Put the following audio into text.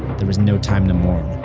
then was no time to mourn.